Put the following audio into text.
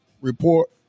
report